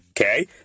Okay